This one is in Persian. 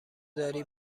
داری